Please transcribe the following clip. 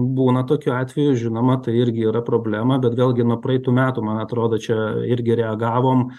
būna tokių atvejų žinoma tai irgi yra problema bet vėlgi nuo praeitų metų man atrodo čia irgi reagavom